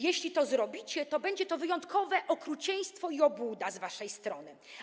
Jeśli to zrobicie, to będzie to wyjątkowe okrucieństwo i obłuda z waszej strony.